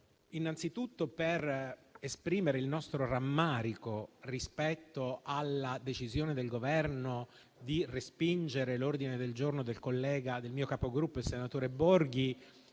innanzitutto per esprimere il nostro rammarico rispetto alla decisione del Governo di respingere l'ordine del giorno del mio capogruppo, il senatore Borghi,